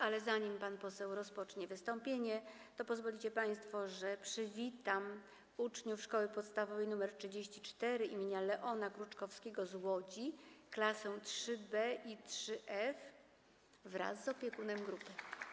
Ale zanim pan poseł rozpocznie wystąpienie, pozwolicie państwo, że przywitam uczniów ze Szkoły Podstawowej nr 34 im. Leona Kruczkowskiego w Łodzi, z klas 3b i 3f, wraz z opiekunem grupy.